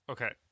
Okay